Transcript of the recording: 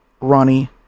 Ronnie